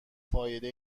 فایده